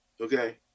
okay